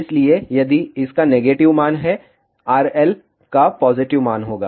इसलिए यदि इसका नेगेटिव मान है RL का पॉजिटिव मान होगा